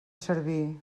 servir